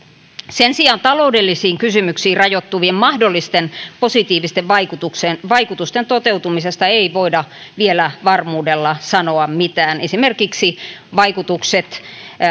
sen sijaan taloudellisiin kysymyksiin rajoittuvien mahdollisten positiivisten vaikutusten vaikutusten toteutumisesta ei voida vielä varmuudella sanoa mitään esimerkiksi vaikutukset